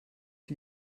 die